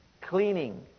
cleaning